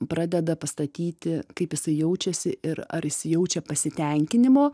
pradeda pastatyti kaip jisai jaučiasi ir ar jis jaučia pasitenkinimo